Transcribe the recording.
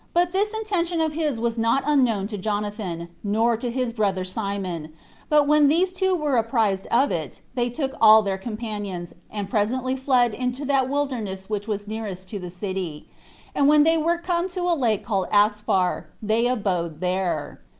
but this intention of his was not unknown to jonathan, nor to his brother simon but when these two were apprized of it, they took all their companions, and presently fled into that wilderness which was nearest to the city and when they were come to a lake called asphar, they abode there.